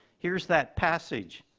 here's that passage.